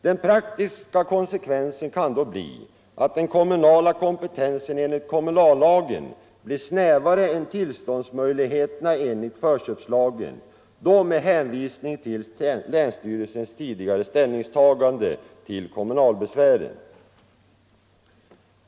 Den praktiska konsekvensen kan vara att den kommunala kompetensen enligt kommunallagen blir snävare än tillståndsmöjligheterna enligt förköpslagen och då med hänvisning till länsstyrelsens tidigare ställningstagande till kommunalbesvären.